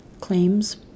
claims